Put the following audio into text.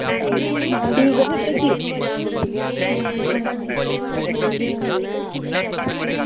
ठीक ऐ भी भेजी ओड़ेओ